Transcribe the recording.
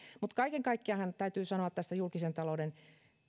mutta kaiken kaikkiaan täytyy sanoa tästä julkisen talouden